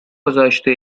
گذاشته